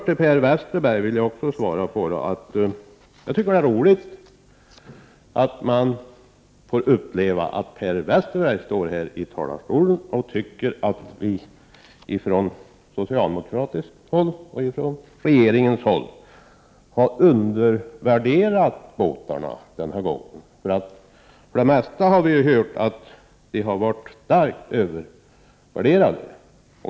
Till Per Westerberg vill jag först säga att jag tycker att det är roligt att man får uppleva att Per Westerberg står i talarstolen och tycker att vi ifrån socialdemokratiskt håll och ifrån regeringshåll har undervärderat båtarna den här gången. Tidigare har vi för det mesta fått höra att de har varit starkt övervärderade.